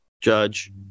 judge